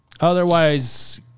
Otherwise